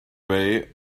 way